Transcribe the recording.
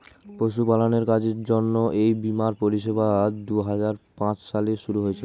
পশুপালনের কাজের জন্য এই বীমার পরিষেবা দুহাজার পাঁচ সালে শুরু হয়েছিল